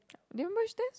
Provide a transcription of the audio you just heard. did you merge this